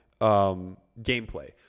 gameplay